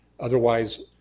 Otherwise